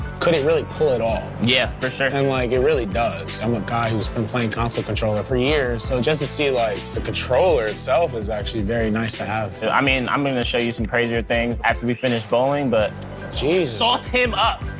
could it really pull it off? yeah, for sure. and, like, it really does. i'm a guy who's been playin' console controller for years and so just to see, like, the controller itself is actually very nice to have. i mean, i'm gonna show you some crazier things after we finish bowling, but oooh, sauce him up!